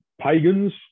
pagans